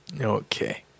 Okay